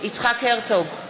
יצחק הרצוג,